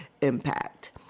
impact